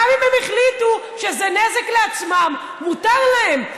גם אם הם החליטו שזה נזק לעצמם, מותר להם.